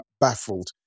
baffled